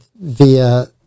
via